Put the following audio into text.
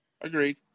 Agreed